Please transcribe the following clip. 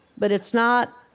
but it's not,